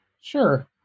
Sure